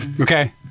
Okay